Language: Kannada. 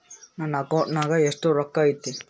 ನನ್ನ ಅಕೌಂಟ್ ನಾಗ ಎಷ್ಟು ರೊಕ್ಕ ಐತಿ?